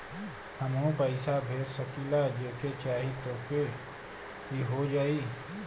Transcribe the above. हमहू पैसा भेज सकीला जेके चाही तोके ई हो जाई?